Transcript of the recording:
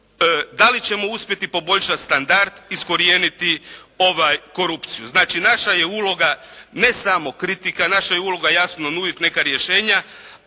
Da li ćemo uspjeti poboljšati standard, iskorijeniti korupciju? Znači naša je uloga ne samo kritika. Naša je uloga jasno nuditi neka rješenja,